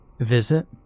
Visit